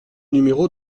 numéro